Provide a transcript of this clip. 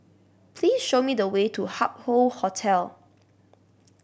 please show me the way to Hup Hoe Hotel